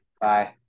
Bye